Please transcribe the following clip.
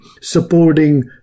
supporting